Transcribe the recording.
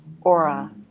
aura